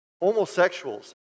homosexuals